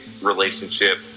relationship